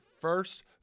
first